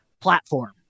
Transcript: platform